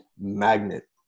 magnet